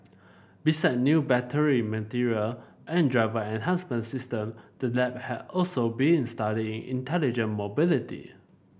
besides new battery materials and driver enhancement system the lab has also been studying intelligent mobility